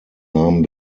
nahm